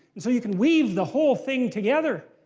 and so you can weave the whole thing together.